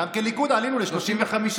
גם כליכוד עלינו ל-35 מנדטים.